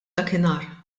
dakinhar